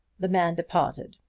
the man departed.